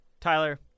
Tyler